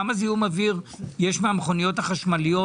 כמה זיהום אוויר יש מהמכוניות החשמליות?